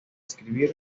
escribir